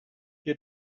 your